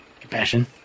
compassion